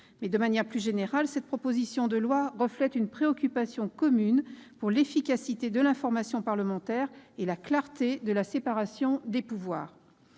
De manière plus générale, la proposition de loi reflète une préoccupation commune : favoriser l'efficacité de l'information parlementaire et la clarté de la séparation des pouvoirs.